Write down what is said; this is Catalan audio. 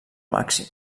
màxim